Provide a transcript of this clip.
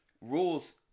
rules